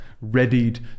readied